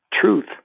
truth